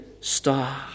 star